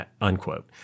unquote